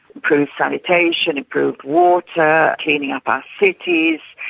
improved sanitation, improved water, cleaning up our cities,